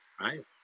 right